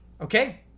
Okay